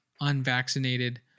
unvaccinated